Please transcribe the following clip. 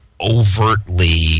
overtly